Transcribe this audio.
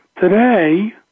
Today